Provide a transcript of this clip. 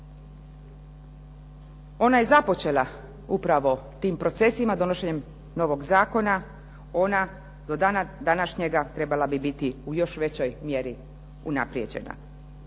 Ona je započela upravo tim procesima donošenjem novog zakona, ona do dana današnjega trebala bi biti u još većoj mjeri unaprijeđena.